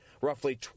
roughly